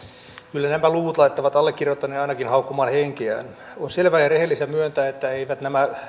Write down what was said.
kyllä nämä luvut laittavat allekirjoittaneen ainakin haukkomaan henkeään on selvää ja rehellistä myöntää että eivät nämä